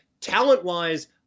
Talent-wise